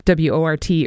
WORT